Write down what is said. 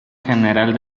general